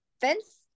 Vince